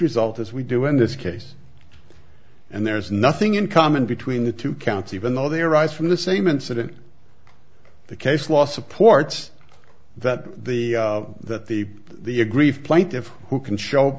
result as we do in this case and there's nothing in common between the two counts even though they arise from the same incident the case law supports that the that the the aggrieved plaintiff who can show